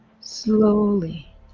slowly